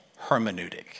hermeneutic